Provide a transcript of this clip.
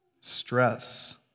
stress